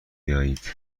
بیایید